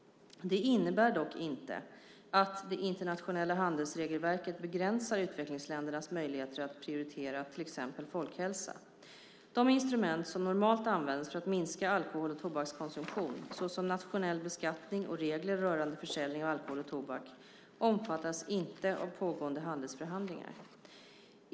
Det innebär dock inte att det internationella handelsregelverket begränsar utvecklingsländernas möjligheter att prioritera till exempel folkhälsa. De instrument som normalt används för att minska alkohol och tobakskonsumtion - såsom nationell beskattning och regler rörande försäljning av alkohol och tobak - omfattas inte av pågående handelsförhandlingar.